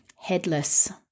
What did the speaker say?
headless